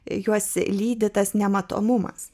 juos lydi tas nematomumas